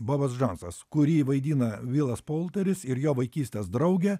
bobas džonsas kurį vaidina vilas polteris ir jo vaikystės draugė